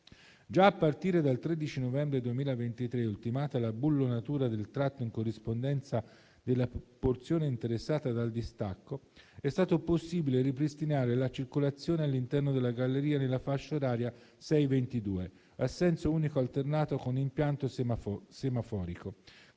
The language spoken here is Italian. Già a partire dal 13 novembre 2023, ultimata la bullonatura del tratto in corrispondenza della porzione interessata dal distacco, è stato possibile ripristinare la circolazione all'interno della galleria nella fascia oraria 6-22, a senso unico alternato con impianto semaforico,